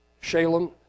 Shalem